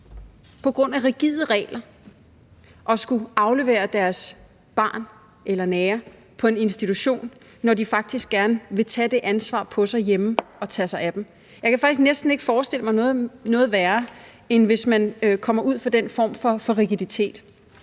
på grund af rigide regler bliver tvunget til at skulle aflevere deres barn eller nære på en institution, når de faktisk gerne vil tage det ansvar på sig hjemme og tage sig af dem. Jeg kan faktisk næsten ikke forestille mig noget værre, end hvis man kommer ud for den form for rigiditet.